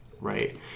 right